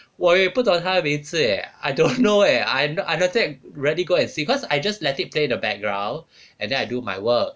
我也不懂他的名字 eh I don't know leh I undertake really go and see because I just let it play in the background and then I do my work